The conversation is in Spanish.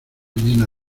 llena